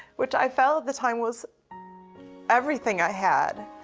which i felt at the time was everything i had,